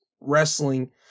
wrestling